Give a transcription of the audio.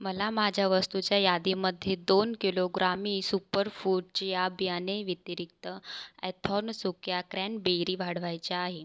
मला माझ्या वस्तुंच्या यादीमध्ये दोन किलो ग्रामी सुपरफूड चिया बियाणे व्यतिरिक्त अर्थॉन सुक्या क्रॅनबेरी वाढवायच्या आहे